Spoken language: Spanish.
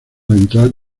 ventral